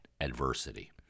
adversity